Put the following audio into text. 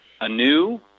anew